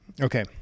Okay